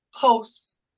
posts